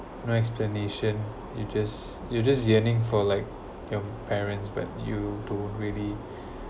no explanation you just you just yearning for like your parents but you don't really